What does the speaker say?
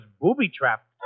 booby-trapped